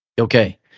Okay